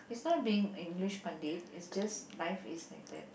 is not being English it's just life is like that